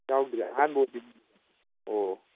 ꯌꯥꯎꯗ꯭ꯔꯦ ꯑꯍꯥꯟꯕ ꯑꯣꯏꯗꯣꯏꯅꯤꯅꯦ ꯑꯣ